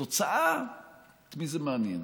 התוצאה, את מי זה מעניין.